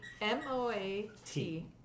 M-O-A-T